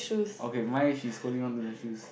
okay mine she's holding on to the shoes